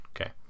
Okay